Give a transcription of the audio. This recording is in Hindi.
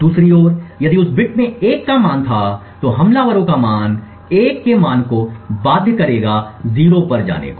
दूसरी ओर यदि उस बिट में 1 का मान था तो हमलावरों का मान 1 के मान को बाध्य करेगा 0 पर जाने को